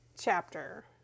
chapter